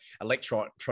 electronic